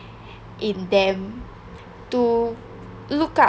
in them to look up